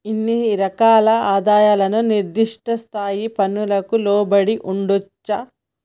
ఇన్ని రకాల ఆదాయాలు నిర్దిష్ట స్థాయి పన్నులకు లోబడి ఉండొచ్చా